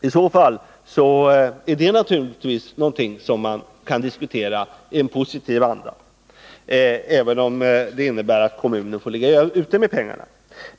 I så fall är naturligtvis det något som kan diskuteras i en positiv anda, även om det innebär att kommunen får ligga ute med pengarna.